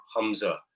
Hamza